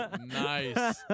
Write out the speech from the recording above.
Nice